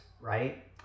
right